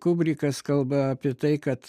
kubrikas kalba apie tai kad